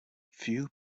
few